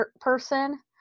person